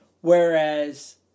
Whereas